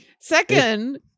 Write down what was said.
Second